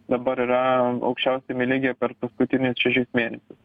dabar yra aukščiausiame lygyje per paskutinius šešis mėnesius